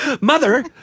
Mother